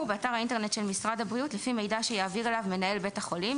באתר האינטרנט של משרד הבריאות לפי מידע שיעביר אליו מנהל בית החולים.